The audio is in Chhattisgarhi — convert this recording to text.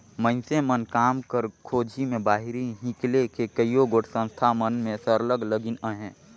मइनसे मन काम कर खोझी में बाहिरे हिंकेल के कइयो गोट संस्था मन में सरलग लगिन अहें